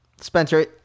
Spencer